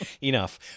enough